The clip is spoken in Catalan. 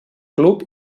club